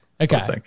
Okay